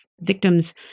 victims